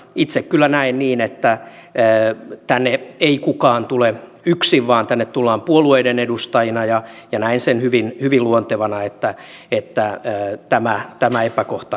itse kyllä näen niin että tänne ei kukaan tule yksin vaan tänne tullaan puolueiden edustajina ja näen sen hyvin luontevana että tämä epäkohta nyt korjataan